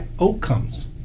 outcomes